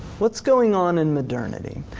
what's going on in modernity?